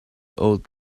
old